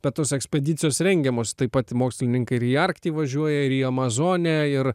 bet tos ekspedicijos rengiamos taip pat mokslininkai ir į arktį važiuoja ir į amazonę ir